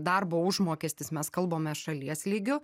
darbo užmokestis mes kalbame šalies lygiu